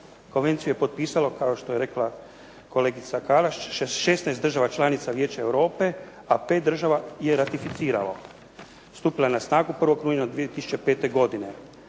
Konvenciju je potpisalo kao što je rekla kolegica Kalaš 16 država članica Vijeća Europe, a 5 država je ratificiralo. Stupila je na snagu 1. rujna 2005. godine.